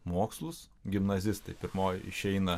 mokslus gimnazistai pirmoji išeina